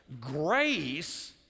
Grace